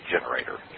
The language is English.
generator